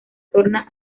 torna